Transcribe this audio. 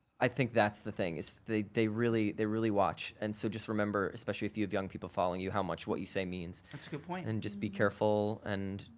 think that's the thing is they they really, they really watch. and so just remember, especially if you have young people following you, how much what you say means. that's a good point. and just be careful and,